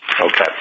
Okay